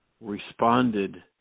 responded